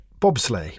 Bobsleigh